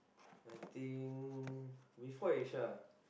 I think before Aisha